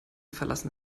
verlassen